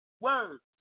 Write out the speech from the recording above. words